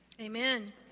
Amen